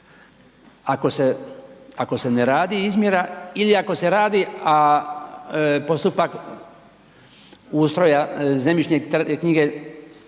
ako se ne radi izmjera ili ako se radi, a postupak ustroja zemljišne knjige